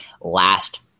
last